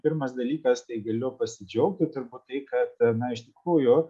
pirmas dalykas tai galiu pasidžiaugti turbūt tai kad iš tikrųjų